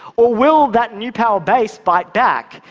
or will that new power base bite back?